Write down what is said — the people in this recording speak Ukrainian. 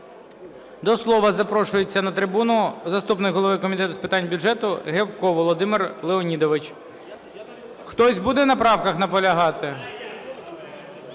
До слова запрошується на трибуну заступник голови Комітету з питань бюджету Гевко Володимир Леонідович. Хтось буде на правках наполягати?